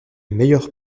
meilleur